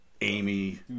Amy